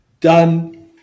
Done